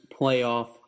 playoff